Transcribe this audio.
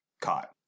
Caught